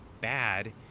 bad